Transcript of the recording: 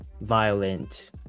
violent